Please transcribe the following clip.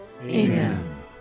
Amen